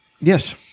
Yes